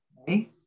Okay